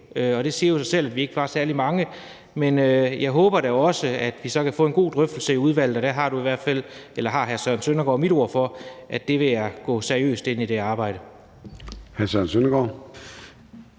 Det siger jo sig selv, at vi ikke var særlig mange. Men jeg håber da også, at vi så kan få en god drøftelse i udvalget, og der har hr. Søren Søndergaard i hvert fald mit ord for, at jeg vil gå seriøst ind i det arbejde. Kl. 15:59 Formanden